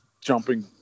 jumping